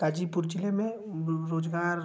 गाजीपुर ज़िले में रोज़गार